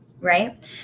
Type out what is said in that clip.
Right